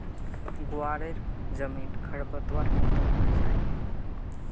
ग्वारेर जमीन खरपतवार मुक्त होना चाई